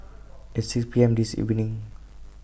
At six P M This evening